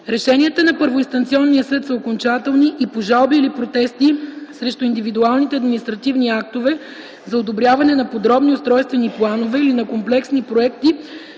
Решенията на първоинстанционния съд са окончателни и по жалби или протести срещу индивидуалните административни актове за одобряване на подробни устройствени планове или на комплексни проекти